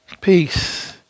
Peace